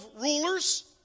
rulers